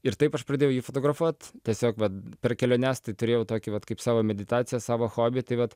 ir taip aš pradėjau jį fotografuot tiesiog vat per keliones tai turėjau tokį vat kaip savo meditaciją savo hobį tai vat